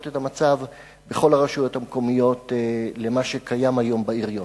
את המצב בכל הרשויות המקומיות למה שקיים היום בעיריות.